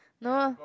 no uh